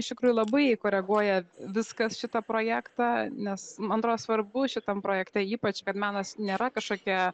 iš tikrųjų labai koreguoja viskas šitą projektą nes man atrodo svarbu šitam projekte ypač kad menas nėra kažkokia